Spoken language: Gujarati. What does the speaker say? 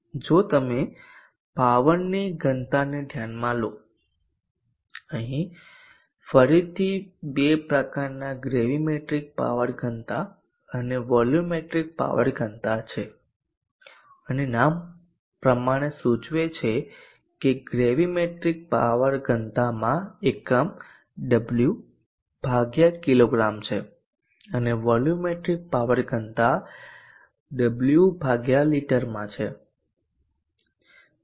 જો તમે પાવરની ઘનતાને ધ્યાનમાં લો તો અહીં ફરીથી બે પ્રકારનાં ગ્રેવીમેટ્રિક પાવર ઘનતા અને વોલ્યુમેટ્રિક પાવર ઘનતા છે અને નામ પ્રમાણે સૂચવે છે કે ગ્રેવીમેટ્રિક પાવર ઘનતામાં એકમ ડબલ્યુ કિલોગ્રામ છે અને વોલ્યુમેટ્રિક પાવર ઘનતા ડબલ્યુ લિટરમાં છે